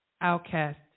outcast